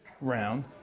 round